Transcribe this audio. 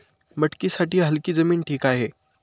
मटकीसाठी हलकी जमीन ठीक आहे